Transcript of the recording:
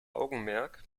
augenmerk